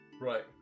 Right